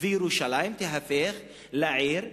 וירושלים תהפוך לעיר יהודית.